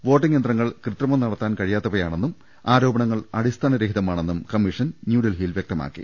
voting യന്ത്രങ്ങൾ കൃത്രിമം നടത്താൻ കഴിയാത്തവയാണെന്നും ആരോ പണങ്ങൾ അടി സ്ഥാന രഹി ത മാ ണെന്നും കമ്മീഷൻ ന്യൂഡൽഹിയിൽ വ്യക്തമാക്കി